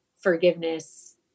forgiveness